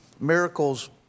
miracles